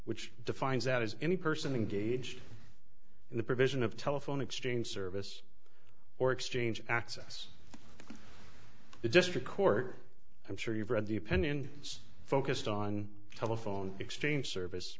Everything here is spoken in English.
which defines out as any person engaged in the provision of telephone exchange service or exchange access to district court i'm sure you've read the opinion it's focused on telephone exchange service